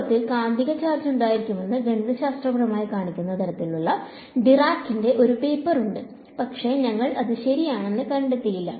വാസ്തവത്തിൽ കാന്തിക ചാർജ് ഉണ്ടായിരിക്കണമെന്ന് ഗണിതശാസ്ത്രപരമായി കാണിക്കുന്ന തരത്തിലുള്ള ഡിറാക്കിന്റെ ഒരു പേപ്പർ ഉണ്ട് പക്ഷേ ഞങ്ങൾ അത് ശരിയാണെന്ന് കണ്ടെത്തിയില്ല